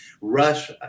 Rush